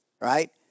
right